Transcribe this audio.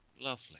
Lovely